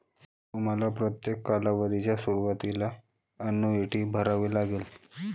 तुम्हाला प्रत्येक कालावधीच्या सुरुवातीला अन्नुईटी भरावी लागेल